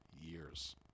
years